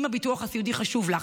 אם הביטוח הסיעודי חשוב לך,